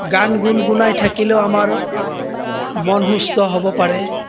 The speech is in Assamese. গান গুণ গুণাই থাকিলেও আমাৰ মন সুস্থ হ'ব পাৰে